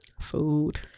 Food